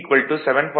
1 H